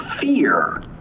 fear